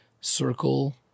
circle